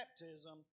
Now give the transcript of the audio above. baptism